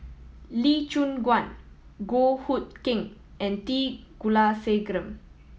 Lee Choon Guan Goh Hood Keng and T Kulasekaram